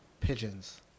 Pigeons